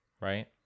Right